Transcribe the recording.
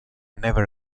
never